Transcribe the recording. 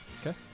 Okay